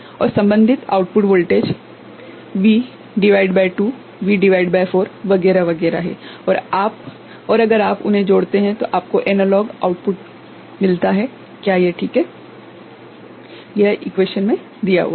और संबंधित output voltage V भागित 2 V भागित 4 वगैरह वगैरह हैं और अगर आप उन्हें जोड़ते है तो आपको एनालॉग आउटपुट मिलता है क्या यह ठीक है